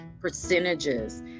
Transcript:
percentages